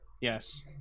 Yes